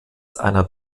einer